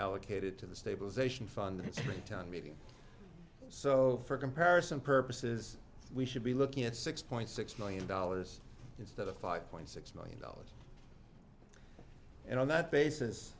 allocated to the stabilization fund it's a town meeting so for comparison purposes we should be looking at six point six million dollars instead of five point six million dollars and on that